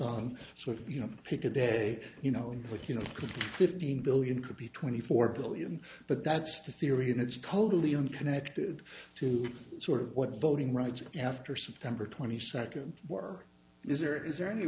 on sort of you know pick a day you know like you know could be fifteen billion could be twenty four billion but that's the theory and it's totally unconnected to sort of what the voting rights after september twenty second were is or is there any